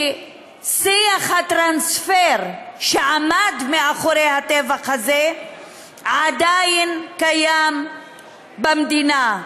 ששיח הטרנספר שעמד מאחורי הטבח הזה עדיין קיים במדינה.